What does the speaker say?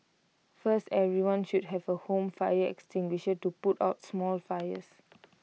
first everyone should have A home fire extinguisher to put out small fires